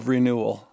Renewal